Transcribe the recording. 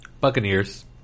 Buccaneers